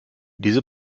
diese